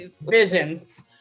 visions